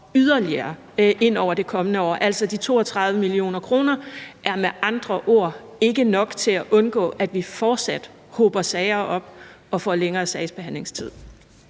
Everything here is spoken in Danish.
yderligere op hen over det kommende år. De 32 mio. kr. er med andre ord ikke nok til at undgå, at sagerne fortsat hober sig op, og at vi får længere sagsbehandlingstid.